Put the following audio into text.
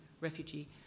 refugee